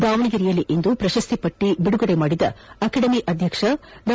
ದಾವಣಗೆರೆಯಲ್ಲಿಂದು ಪ್ರಶಸ್ತಿ ಪಟ್ಟಿ ಬಿಡುಗಡೆ ಮಾಡಿದ ಅಕಾಡೆಮಿ ಅಧ್ಯಕ್ಷ ಡಾ